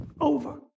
Over